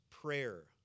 prayer